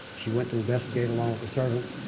she went to investigate, along with the servants,